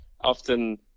often